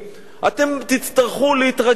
אתם תצטרכו להתרגל לזה.